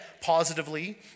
positively